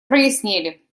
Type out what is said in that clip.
прояснели